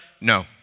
No